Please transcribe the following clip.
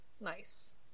Nice